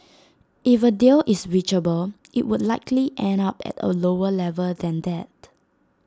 if A deal is reachable IT would likely end up at A lower level than that